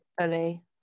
fully